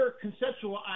conceptual